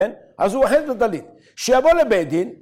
כן? ‫אז הוא אוחז בטלית. שיבוא לבית הדין...